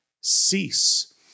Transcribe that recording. Cease